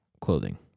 clothing